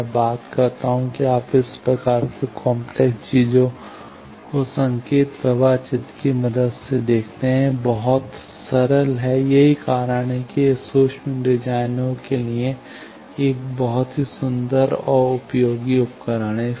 तो मैं बात करता हूं कि आप इस प्रकार की काम्प्लेक्स चीजों को संकेत प्रवाह चित्र की मदद से देखते हैं यह बहुत सरल है यही कारण है कि यह सूक्ष्म डिजाइनरों के लिए एक बहुत ही सुंदर और उपयोगी उपकरण है